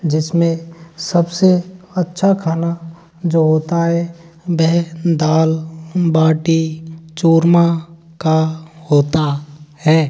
जिसमें सबसे अच्छा खाना जो होता हैं बेह दाल बाटी चूरमा का होता है